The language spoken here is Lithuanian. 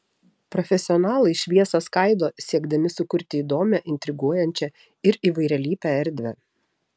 profesionalai šviesą skaido siekdami sukurti įdomią intriguojančią ir įvairialypę erdvę